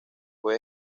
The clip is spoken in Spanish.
fue